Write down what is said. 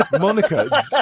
monica